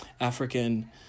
African